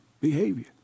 behavior